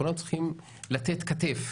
כולנו צריכים לתת כתף